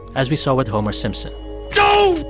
as we saw with homer simpson doh